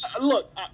look